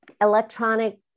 electronic